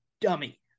dummy